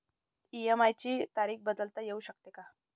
EMI ची तारीख बदलता येऊ शकते का?